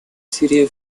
сирии